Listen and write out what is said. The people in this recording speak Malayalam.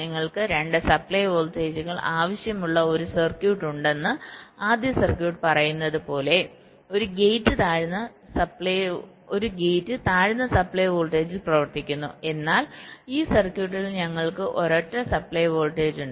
നിങ്ങൾക്ക് രണ്ട് സപ്ലൈ വോൾട്ടേജുകൾ ആവശ്യമുള്ള ഒരു സർക്യൂട്ട് ഉണ്ടെന്ന് ആദ്യ സർക്യൂട്ട് പറയുന്നതുപോലെ ഒരു ഗേറ്റ് താഴ്ന്ന സപ്ലൈ വോൾട്ടേജിൽ പ്രവർത്തിക്കുന്നു എന്നാൽ ഈ സർക്യൂട്ടിൽ ഞങ്ങൾക്ക് ഒരൊറ്റ സപ്ലൈ വോൾട്ടേജ് ഉണ്ട്